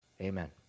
Amen